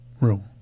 room